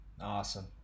awesome